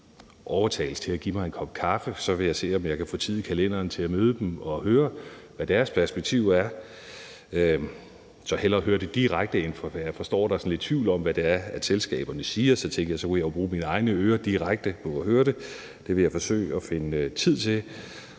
overtales til at give mig en kop kaffe. Så vil jeg se, om jeg kan få tid i kalenderen til at møde dem og høre, hvad deres perspektiver er. Jeg vil hellere høre det direkte, da jeg forstår, der er sådan lidt tvivl om, hvad det er, selskaberne siger. Så tænkte jeg, at så kunne jeg jo bruge mine egne ører direkte på at høre det, så det vil jeg forsøge at finde tid til.